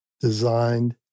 designed